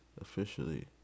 officially